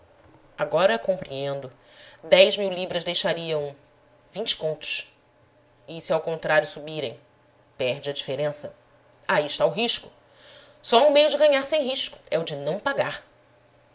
agora compreendo dez mil libras deixariam vinte contos e se ao contrário subirem perde a diferença aí está o risco só há um meio de ganhar sem risco é o de não pagar